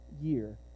year